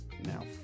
now